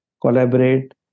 collaborate